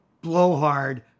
blowhard